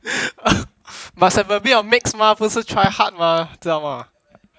must have a bit of mix mah 不是 try hard mah 知道吗